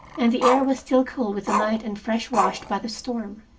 and the air was still cool with the night and fresh-washed by the storm.